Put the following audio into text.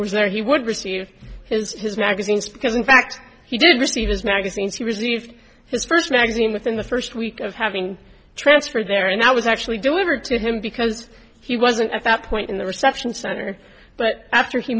was there he would receive his his magazines because in fact he did receive his magazines he received his first magazine within the first week of having transferred there and that was actually delivered to him because he wasn't at that point in the reception center but after he